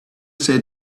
say